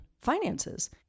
finances